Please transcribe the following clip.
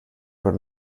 per